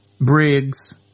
Briggs